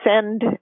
send